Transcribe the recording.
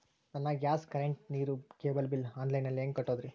ನನ್ನ gas, current, ನೇರು, cable bill online ನಲ್ಲಿ ಹೆಂಗ್ ಕಟ್ಟೋದ್ರಿ?